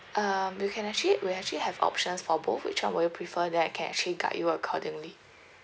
um you can actually we actually have options for both which one will you prefer then I can actually guide you accordingly